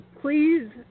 please